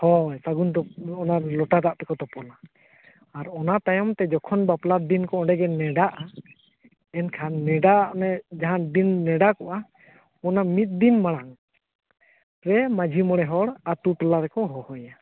ᱦᱳᱭ ᱥᱟᱹᱜᱩᱱ ᱚᱱᱟ ᱞᱚᱴᱟ ᱫᱟᱜ ᱛᱮᱠᱚ ᱛᱚᱯᱚᱞᱟ ᱟᱨ ᱚᱱᱟ ᱛᱟᱭᱚᱢ ᱛᱮ ᱡᱚᱠᱷᱚᱱ ᱵᱟᱯᱞᱟ ᱫᱤᱱ ᱠᱚ ᱚᱸᱰᱮ ᱜᱮ ᱱᱮᱰᱟᱜᱼᱟ ᱮᱱᱠᱷᱟᱱ ᱱᱮᱰᱟ ᱚᱱᱮ ᱡᱟᱦᱟᱸ ᱫᱤᱱ ᱱᱮᱰᱟᱠᱚᱜᱼᱟ ᱚᱱᱟ ᱢᱤᱫ ᱫᱤᱢ ᱢᱟᱲᱟᱝ ᱥᱮ ᱢᱟᱺᱡᱤ ᱢᱚᱬᱮ ᱦᱚᱲ ᱟᱛᱳ ᱴᱚᱞᱟ ᱨᱮᱠᱚ ᱦᱚᱦᱚᱭᱟ